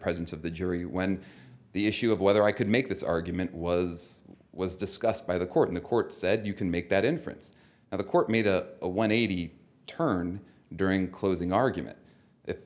presence of the jury when the issue of whether i could make this argument was was discussed by the court in the court said you can make that inference and the court made a a one eighty turn during closing argument